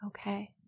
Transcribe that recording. Okay